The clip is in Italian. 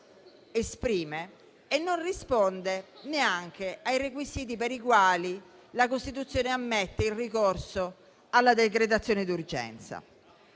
esprime e neanche ai requisiti per i quali la Costituzione ammette il ricorso alla decretazione d'urgenza.